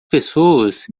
pessoas